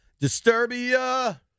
Disturbia